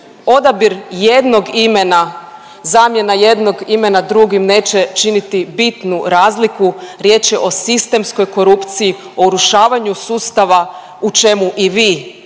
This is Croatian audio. odabir jednog imena, zamjena jednog imena drugim neće činiti bitnu razliku. Riječ je o sistemskoj korupciji, o urušavanju sustava, u čemu i vi